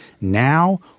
now